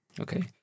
Okay